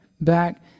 back